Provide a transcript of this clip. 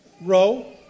row